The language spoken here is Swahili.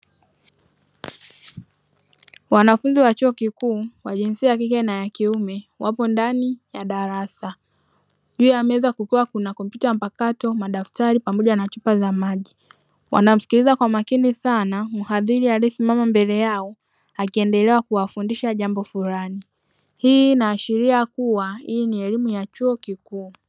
Wanafunzi wa chuo kikuu kwa jinsia ya kike na ya kiume wapo ndani ya darasa juu ya meza kukiwa kuna kompyuta mpakato, madaftari pamoja na chupa za maji wanamsikiliza kwa makini sana mhadhiri aliyesimama mbele yao akiendelea kuwafundisha jambo fulani, hii inaashiria kuwa hii ni elimu ya chuo kikuu.